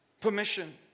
permission